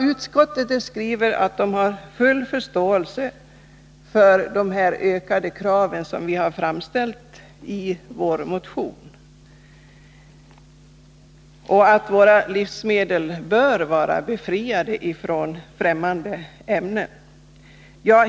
Utskottet skriver att man har full förståelse för de krav vi framställt i vår motion, och att våra livsmedel bör vara befriade från fftämmande ämnen.